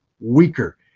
weaker